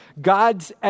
God's